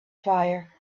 fire